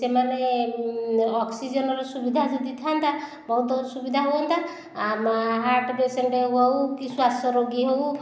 ସେମାନେ ଅକ୍ସିଜେନର ସୁବିଧା ଯଦି ଥାଆନ୍ତା ବହୁତ ସୁଵିଧା ହୁଅନ୍ତା ହାର୍ଟ ପେସେଣ୍ଟ ହେଉ କି ଶ୍ଵାସ ରୋଗୀ ହେଉ